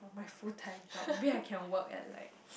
my full time job maybe I can work at like